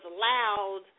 loud